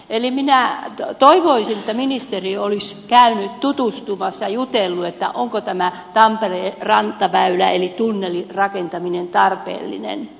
eli minä toivoisin että ministeri olisi käynyt tutustumassa ja jutellut onko tämä tampereen rantaväylä eli tunnelin rakentaminen tarpeellinen